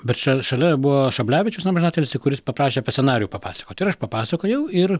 bet čia šalia buvo šablevičius amžinatilsį kuris paprašė apie scenarijų papasakot ir aš papasakojau ir